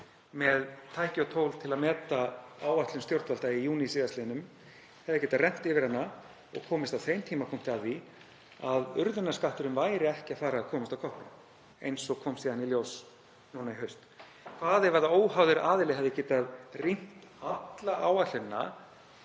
með tæki og tól til að meta áætlun stjórnvalda í júní síðastliðnum hefði getað rennt yfir hana og komist á þeim tímapunkti að því að urðunarskatturinn væri ekki að fara að komast á koppinn, eins og kom síðan í ljós í haust. Hvað ef óháður aðili hefði getað rýnt alla áætlunina